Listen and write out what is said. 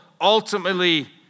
ultimately